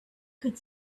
could